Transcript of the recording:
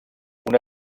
una